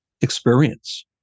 experience